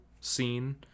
scene